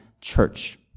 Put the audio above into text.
church